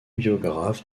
biographe